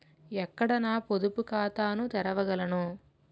ఎక్కడ నా పొదుపు ఖాతాను తెరవగలను?